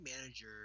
manager